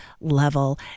level